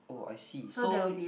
oh I see so